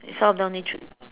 some of them only three